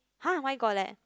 !huh! mine got leh